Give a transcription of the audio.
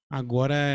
agora